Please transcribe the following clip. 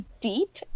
deep